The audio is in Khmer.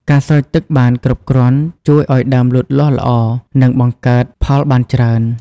ការស្រោចទឹកបានគ្រប់គ្រាន់ជួយឲ្យដើមលូតលាស់ល្អ និងបង្កើតផលបានច្រើន។